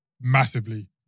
massively